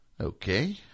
Okay